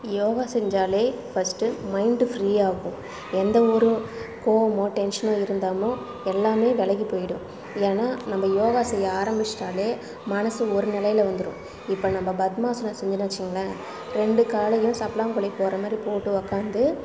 யோகா செஞ்சாலே first mind ஃப்ரீயாகும் எந்தவொரு கோபமோ டென்ஷனோ இருந்தாமோ எல்லாமே விலகிப் போயிடும் ஏன்னால் நம்ம யோகா செய்ய ஆரம்பித்திட்டாலே மனது ஒரு நிலையில வந்துடும் இப்போ நம்ப பத்மாசனம் செஞ்சோன்னு வச்சுக்குங்களேன் ரெண்டு காலையும் சப்ளாங்கோலி போடுற மாதிரி போட்டு உக்காந்து